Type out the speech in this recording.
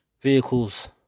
vehicles